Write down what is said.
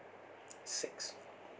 six